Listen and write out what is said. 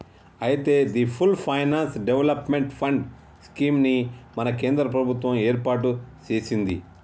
అయితే the full finance development fund scheme ని మన కేంద్ర ప్రభుత్వం ఏర్పాటు సెసింది